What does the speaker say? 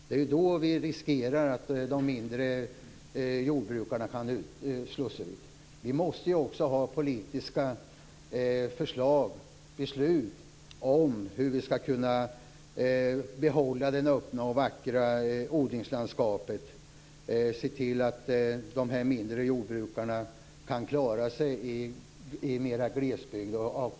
Det är då vi riskerar att jordbrukare med mindre jordbruk slås ut. Vi måste också ha politiska förslag och beslut om hur vi skall kunna behålla det öppna och vackra odlingslandskapet och se till att jordbrukare med mindre jordbruk kan klara sig i glesbygd.